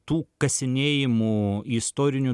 tų kasinėjimų istorinių